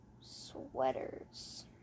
sweaters